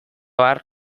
har